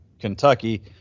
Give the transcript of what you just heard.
Kentucky